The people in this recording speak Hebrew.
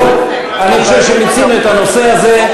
טוב, אני חושב שמיצינו את הנושא הזה.